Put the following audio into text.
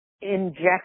inject